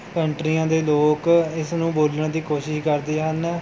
ਕੰਟਰੀਆਂ ਦੇ ਲੋਕ ਇਸ ਨੂੰ ਬੋਲਣ ਦੀ ਕੋਸ਼ਿਸ਼ ਕਰਦੇ ਹਨ